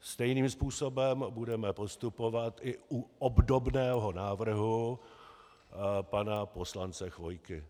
Stejným způsobem budeme postupovat i u obdobného návrhu pana poslance Chvojky.